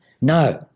No